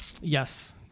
Yes